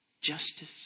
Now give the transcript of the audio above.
justice